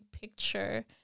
picture